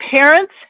parents